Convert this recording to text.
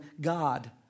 God